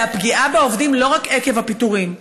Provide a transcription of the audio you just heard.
זה הפגיעה בעובדים לא רק עקב הפיטורין.